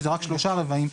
שזה רק שלושה רבעים,